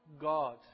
God